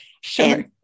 Sure